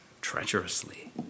treacherously